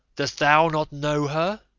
dost thou not know her?